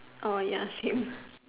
er ya you ask him